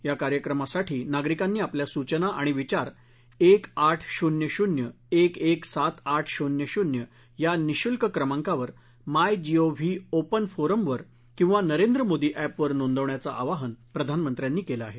या कार्यक्रमासाठी नागरिकांनी आपल्या सूचना आणि विचार एक आठ शून्य शून्य एक एक सात आठ शून्य शून्य या निःशुल्क क्रमांकावर my G O V open फोरमवर किंवा नरेंद्र मोदी अँप वर नोंदवण्याचं आवाहन प्रधानमंत्र्यांनी केलं आहे